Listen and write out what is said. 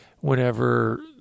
whenever